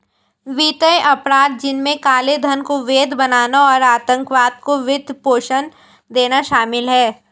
वित्तीय अपराध, जिनमें काले धन को वैध बनाना और आतंकवाद को वित्त पोषण देना शामिल है